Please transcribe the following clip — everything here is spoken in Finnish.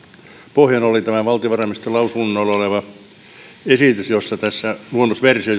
pohjana oli tämä valtiovarainministeriön lausunnolla oleva esitys luonnosversio